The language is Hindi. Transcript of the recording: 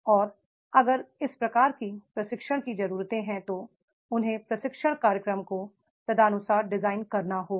और अगर इस प्रकार की प्रशिक्षण की जरूरतें हैं तो उन्हें प्रशिक्षण कार्यक्रम को तदनुसार डिजाइन करना होगा